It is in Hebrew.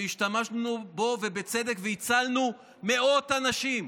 והשתמשנו בו בצדק והצלנו מאות אנשים.